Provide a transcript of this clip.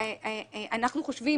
אנחנו חושבים,